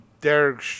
Derek